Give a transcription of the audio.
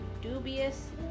dubious